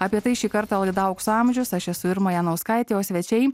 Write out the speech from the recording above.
apie tai šį kartą laidų aukso amžiaus aš esu irma janauskaitė o svečiai